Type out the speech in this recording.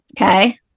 Okay